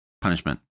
punishment